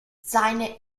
seine